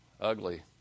Ugly